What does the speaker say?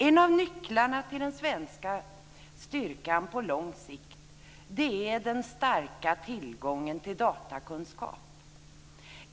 En av nycklarna till den svenska styrkan på lång sikt är den stora tillgången till datorkunskap.